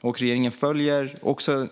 Regeringen följer